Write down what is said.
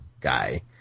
guy